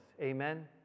Amen